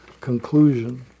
conclusion